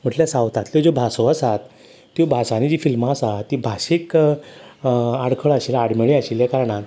म्हटल्या सावतांतल्यो ज्यो भास आसात त्यो भासांनी जीं फिल्मां आसा तीं भाशेक आडखळ आशिल्ल्यान आडमेळी आशिल्ल्या कारणान